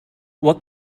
what